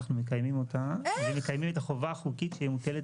אנחנו מקיימים אותה ומקיימים את החובה החוקית שמוטלת עלינו.